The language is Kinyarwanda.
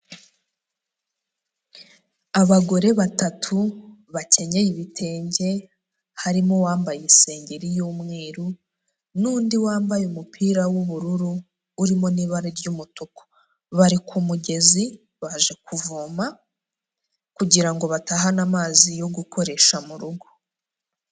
Abagore batatu bakenyeye ibitenge, harimo uwambaye isengeri y'umweru n'undi wambaye umupira w'ubururu urimo n'ibara ry'umutuku, bari ku mugezi baje kuvoma kugira ngo batahane amazi yo gukoresha mu rugo.